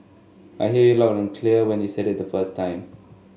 I heard you loud and clear when you said it the first time